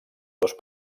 dos